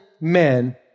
men